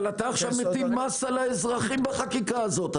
עכשיו אתה מטיל מס על האזרחים בחקיקה הזאת.